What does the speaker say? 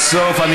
בנוסף לכך,